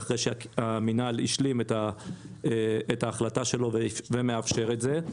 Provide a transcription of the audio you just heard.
אחרי שהמינהל השלים את ההחלטה שלו ומאפשר את זה.